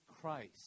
Christ